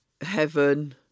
Heaven